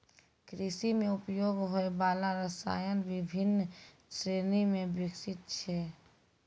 कृषि म उपयोग होय वाला रसायन बिभिन्न श्रेणी म विभक्त छै